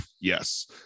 yes